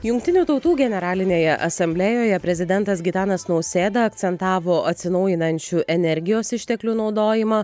jungtinių tautų generalinėje asamblėjoje prezidentas gitanas nausėda akcentavo atsinaujinančių energijos išteklių naudojimą